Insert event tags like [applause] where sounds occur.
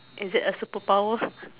is it a superpower [breath]